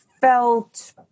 felt